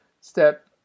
step